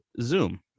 Zoom